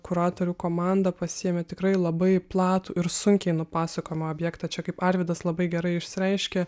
kuratorių komanda pasiėmė tikrai labai platų ir sunkiai nupasakojamą objektą čia kaip arvydas labai gerai išsireiškė